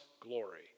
glory